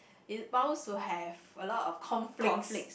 it bounce to have a lot of conflicts